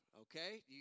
Okay